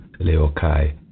Leokai